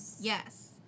Yes